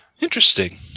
Interesting